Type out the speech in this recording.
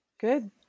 good